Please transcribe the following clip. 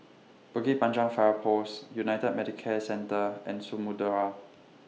Bukit Panjang Fire Post United Medicare Centre and Samudera